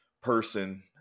person